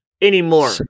anymore